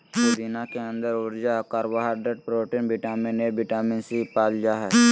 पुदीना के अंदर ऊर्जा, carbohydrate, protein, vitamin A, vitamin C, पाल जा हइ